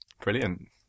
Brilliant